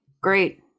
Great